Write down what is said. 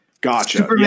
Gotcha